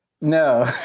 No